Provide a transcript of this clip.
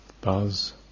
buzz